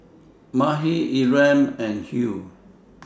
Makhi Ephram and Hugh